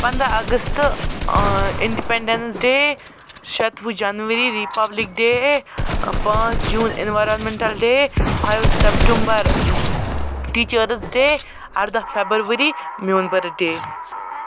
پنٛداہ اگست independence day شٮ۪توُہ جنؤری رِپبلِک ڈے پانٛژھ جوٗن environmental day five September teachers day اردَہ فٮ۪بؤری میون بٔرٕتھُڈے